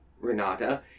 Renata